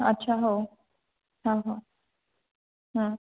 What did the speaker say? ଆଚ୍ଛା ହଉ ହଁ ହଁ ହଁ